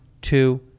two